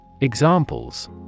Examples